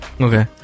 Okay